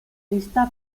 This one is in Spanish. lista